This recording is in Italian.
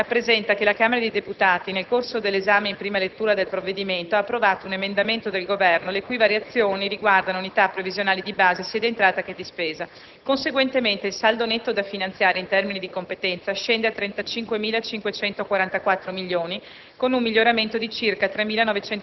Come anticipato, si rappresenta che la Camera dei deputati, nel corso dell'esame in prima lettura del provvedimento, ha approvato un emendamento del Governo, le cui variazioni riguardano unità previsionali di base sia di entrata che di spesa. Conseguentemente, il saldo netto da finanziare (in termini di competenza) scende a 35.544 milioni,